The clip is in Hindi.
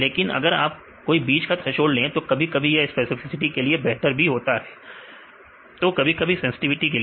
लेकिन अगर आप कोई बीच का थ्रेसोल्ड ले तो कभी कभी यह स्पेसिफिसिटी के लिए बेहतर होता है तो कभी कभी सेंसटिविटी के लिए